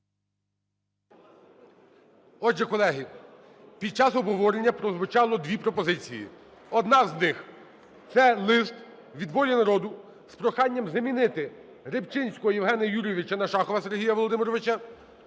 Отже, колеги, під час обговорення прозвучало дві пропозиції. Одна з них – це лист від "Волі народу" з проханням замінитиРибчинського Євгена Юрійовича на Шахова Сергія Володимировича.